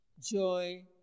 Joy